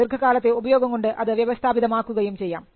ദീർഘകാലത്തെ ഉപയോഗം കൊണ്ട് അത് വ്യവസ്ഥാപിതമാക്കുകയും ചെയ്യാം